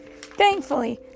Thankfully